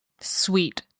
sweet